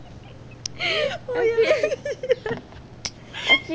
oh ya